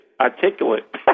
articulate